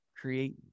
create